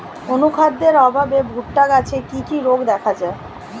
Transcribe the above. অনুখাদ্যের অভাবে ভুট্টা গাছে কি কি রোগ দেখা যায়?